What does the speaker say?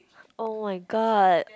[oh]-my-god